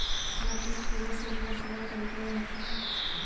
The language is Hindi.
अखरोट खाने से ब्लड शुगर कण्ट्रोल रहता है